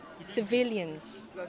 civilians